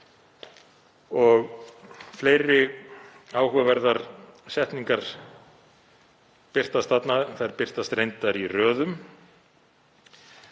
Fleiri áhugaverðar setningar birtast þarna, þær birtast reyndar í röðum,